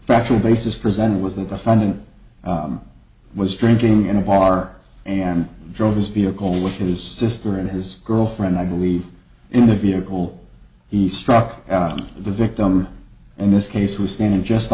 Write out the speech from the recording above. factual basis presented was that the funding was drinking in a bar and drove his vehicle with his sister and his girlfriend i believe in the vehicle he struck the victim in this case was standing just